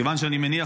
כיוון שאני מניח,